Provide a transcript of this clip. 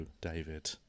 David